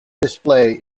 display